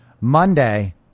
Monday